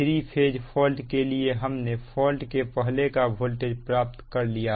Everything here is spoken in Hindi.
3 फेज फॉल्ट के लिए हमने फॉल्ट के पहले का वोल्टेज प्राप्त कर लिया है